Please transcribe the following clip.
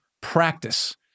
practice